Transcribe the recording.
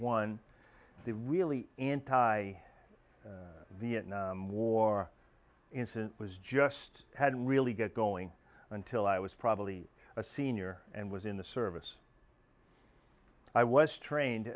one the really anti vietnam war incident was just had really get going until i was probably a senior and was in the service i was trained